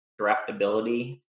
draftability